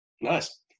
Nice